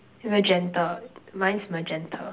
magenta mine's magenta